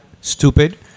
stupid